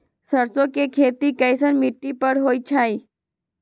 सरसों के खेती कैसन मिट्टी पर होई छाई?